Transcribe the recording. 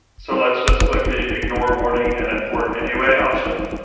so let's just click the ignore warning and import anyway option.